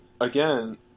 again